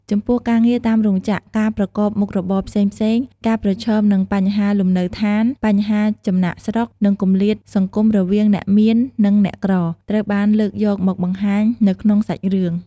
ចំពោះការងារតាមរោងចក្រ ការប្រកបមុខរបរផ្សេងៗ ការប្រឈមនឹងបញ្ហាលំនៅឋាន បញ្ហាចំណាកស្រុក និងគម្លាតសង្គមរវាងអ្នកមាននិងអ្នកក្រ ត្រូវបានលើកយកមកបង្ហាញនៅក្នុងសាច់រឿង ។